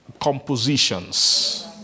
compositions